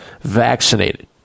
vaccinated